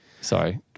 Sorry